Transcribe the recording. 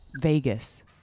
Vegas